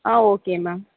ah okay ma'am